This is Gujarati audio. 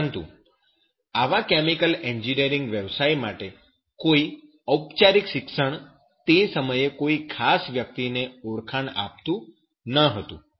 પરંતુ આવા કેમિકલ એન્જિનિયરીંગ વ્યવસાય માટે કોઈ ઔપચારિક શિક્ષણ તે સમયે કોઈ ખાસ વ્યક્તિને ઓળખાણ આપતું ન હતું